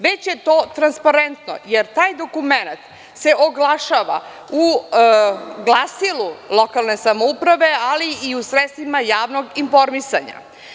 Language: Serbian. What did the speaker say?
Već je to transparentno, jer taj dokument se oglašava u glasilu lokalne samouprave, ali u sredstvima javnog informisanja.